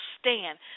stand